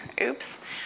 oops